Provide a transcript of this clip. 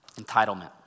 entitlement